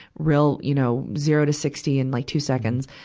real, you know, zero-to-sixty in like two seconds,